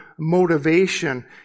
motivation